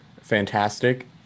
Fantastic